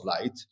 light